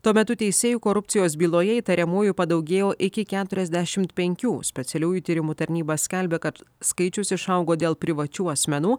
tuo metu teisėjų korupcijos byloje įtariamųjų padaugėjo iki keturiasdešimt penkių specialiųjų tyrimų tarnyba skelbia kad skaičius išaugo dėl privačių asmenų